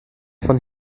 von